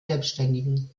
selbständigen